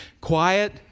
quiet